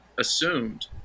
assumed